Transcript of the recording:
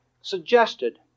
suggested